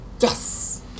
Yes